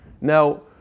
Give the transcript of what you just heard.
Now